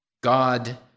God